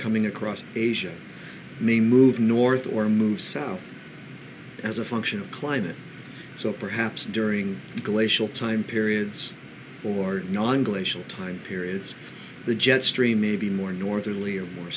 coming across asia may move north or move south as a function of climate so perhaps during glacial time periods or non glacial time periods the jet stream may be more northerly or more